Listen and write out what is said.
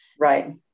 Right